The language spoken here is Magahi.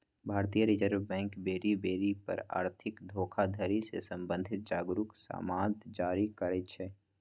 भारतीय रिजर्व बैंक बेर बेर पर आर्थिक धोखाधड़ी से सम्बंधित जागरू समाद जारी करइ छै